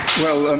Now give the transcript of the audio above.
well, and